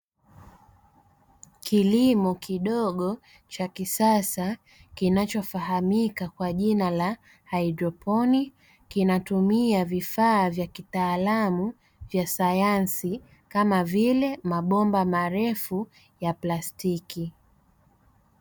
Kilimo kidogo cha kisasa, kinachofahamika kwa jina la haidroponi, kinatumia vifaa vya kitaalamu vya sayansi, kama vile mabomba marefu ya plastiki.